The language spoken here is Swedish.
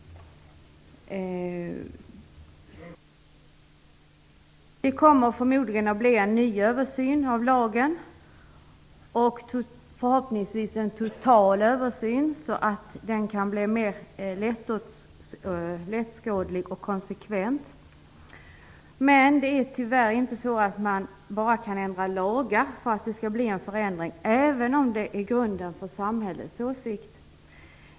Det kommer förmodligen att göras en ny översyn av lagen. Förhoppningsvis blir det en total översyn som gör lagen mer lättåskådlig och konsekvent. Men man kan tyvärr inte bara förändra lagar för att uppnå en förändring, även om de är grunden för samhällets åsikt.